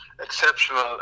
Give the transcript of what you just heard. exceptional